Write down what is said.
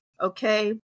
okay